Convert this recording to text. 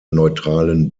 neutralen